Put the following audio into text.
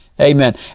Amen